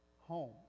home